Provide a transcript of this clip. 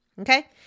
okay